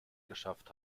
geschafft